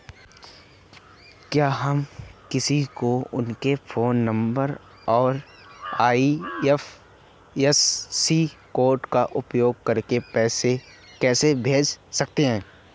क्या हम किसी को उनके फोन नंबर और आई.एफ.एस.सी कोड का उपयोग करके पैसे कैसे भेज सकते हैं?